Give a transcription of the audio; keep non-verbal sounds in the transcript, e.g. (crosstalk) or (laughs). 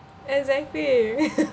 exactly (laughs)